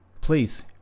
please